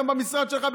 וגם במשרד שלך,